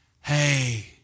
hey